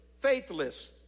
faithless